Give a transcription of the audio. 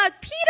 Peter